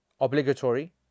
obligatory